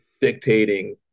dictating